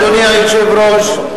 אדוני היושב-ראש,